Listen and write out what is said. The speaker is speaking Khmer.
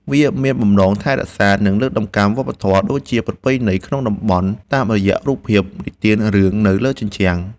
វាមានបំណងថែរក្សា និងលើកតម្កើងវប្បធម៌ ក៏ដូចជាប្រពៃណីក្នុងតំបន់តាមរយៈរូបភាពនិទានរឿងនៅលើជញ្ជាំង។